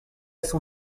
son